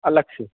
الگ سے